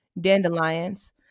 Dandelions